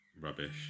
rubbish